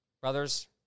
brothers